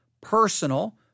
personal